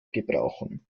gebrauchen